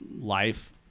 life